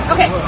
Okay